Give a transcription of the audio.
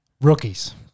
Rookies